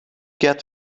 get